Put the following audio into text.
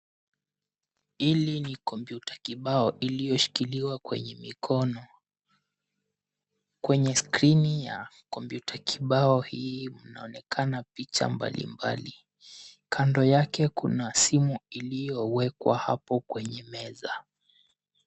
Hili ni kompyuta kibao iliyoshikiliwa kwenye mikono, kwenye skrini ya kompyuta kibao hii mnaonekana picha mbalimbali. Kando yake kuna simu iliyowekwa hapo kwenye meza.